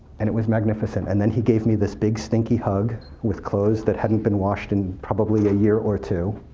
and it was magnificent. and then he gave me this big stinky hug, with clothes that hadn't been washed in probably a year or two.